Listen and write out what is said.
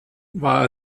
war